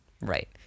Right